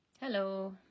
Hello